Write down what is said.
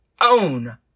own